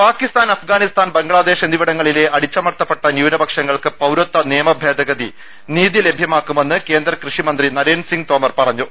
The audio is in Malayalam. പാക്കിസ്ഥാൻ അഫ്ഗാനിസ്ഥാൻ ബംഗ്ലാദേശ് എന്നിവിടങ്ങളിലെ അടിച്ചമർത്തപ്പെട്ട ന്യൂനപ്പക്ഷ്യങ്ങൾക്ക് പൌരത്വ ഭേദഗതി നിയമം നീതി ലഭ്യമാക്കുമെന്ന് ക്വേന്ദ്ര കൃഷി മന്ത്രി നരേന്ദ്ര സിംഗ് തോമർ പറഞ്ഞു